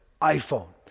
iPhone